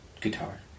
Guitar